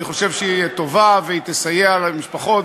אני חושב שהיא טובה והיא תסייע למשפחות,